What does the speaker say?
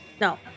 No